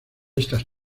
estas